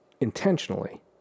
intentionally